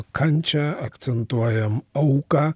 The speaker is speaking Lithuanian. kančią akcentuojam auką